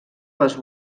les